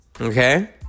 Okay